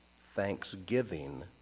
thanksgiving